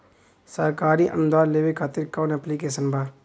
सरकारी अनुदान लेबे खातिर कवन ऐप्लिकेशन बा?